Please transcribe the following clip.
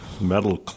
metal